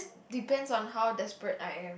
depends on how desperate I am